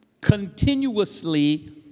continuously